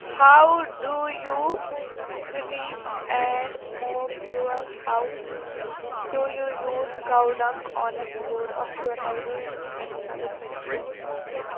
how do you sweep and mop your house do you use cow dung on a floor of your house do you use any health benefits of it